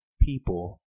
people